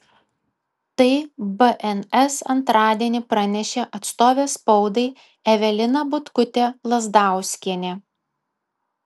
tai bns antradienį pranešė atstovė spaudai evelina butkutė lazdauskienė